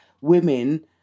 women